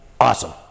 awesome